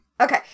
okay